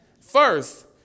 First